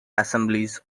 assemblies